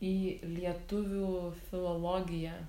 į lietuvių filologiją